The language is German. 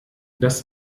dass